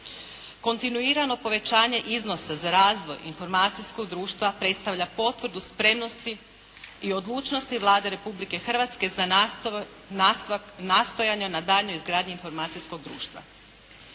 Kontinuirano povećanje iznosa za razvoj informacijskog društva predstavlja potvrdu spremnosti i odlučnosti Vlade Republike Hrvatske za nastojanja na daljnjoj izgradnji informacijskog društva.